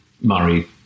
Murray